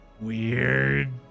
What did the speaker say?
weird